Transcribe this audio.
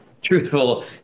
truthful